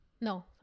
No